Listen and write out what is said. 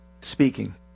Speaking